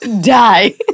die